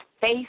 face